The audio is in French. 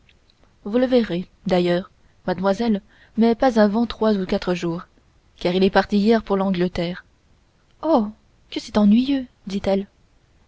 vous le verrez d'ailleurs mademoiselle mais pas avant trois ou quatre jours car il est parti hier pour l'angleterre oh que c'est ennuyeux dit-elle